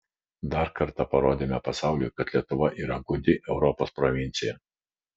dar kartą parodėme pasauliui kad lietuva yra gūdi europos provincija